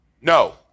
No